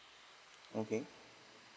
okay